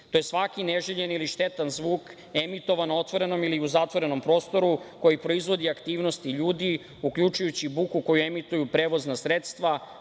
to je svaki neželjeni ili štetan zvuk emitovan na otvorenom ili u zatvorenom prostoru, koji proizvodi aktivnosti ljudi, uključujući buku koju emituju prevozna sredstva,